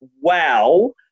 wow